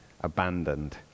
abandoned